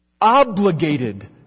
Obligated